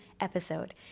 episode